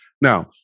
Now